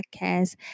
podcast